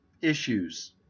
issues